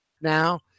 now